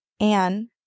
Anne